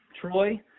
Troy